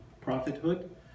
prophethood